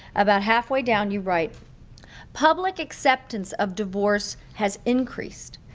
about halfway down you write public acceptance of divorce has increased,